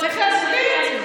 וכל 72 שעות.